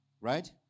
Right